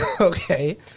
okay